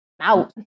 Out